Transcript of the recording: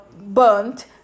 burnt